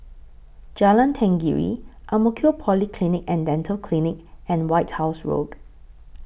Jalan Tenggiri Ang Mo Kio Polyclinic and Dental Clinic and White House Road